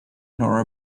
nor